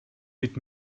mit